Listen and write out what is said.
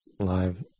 live